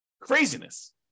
Craziness